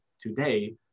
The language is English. today